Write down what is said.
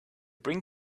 bring